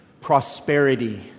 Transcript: prosperity